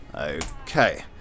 Okay